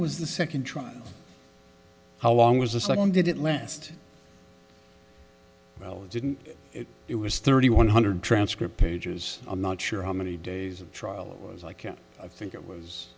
was the second trial how long was the second did it last well it didn't it was thirty one hundred transcript pages i'm not sure how many days of trial it was i can't i think it was